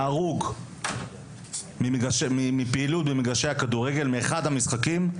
ההרוג מפעילות במגרשי הכדורגל באחד המשחקים,